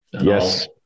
Yes